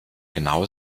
genau